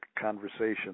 Conversation